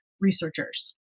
researchers